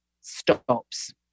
stops